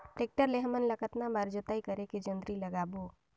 Tractor ले हमन कतना बार जोताई करेके जोंदरी लगाबो?